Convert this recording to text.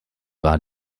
war